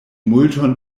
multon